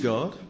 God